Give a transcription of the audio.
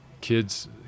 kids